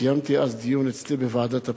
וקיימתי אז דיון אצלי בוועדת הפנים,